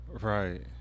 Right